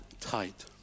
tight